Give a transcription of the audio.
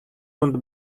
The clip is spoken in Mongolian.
дунд